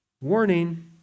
Warning